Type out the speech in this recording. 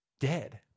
dead